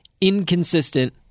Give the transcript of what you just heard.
inconsistent